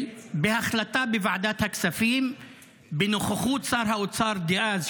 בהחלטה בוועדת הכספים בנוכחות שר האוצר דאז,